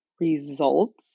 results